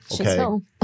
Okay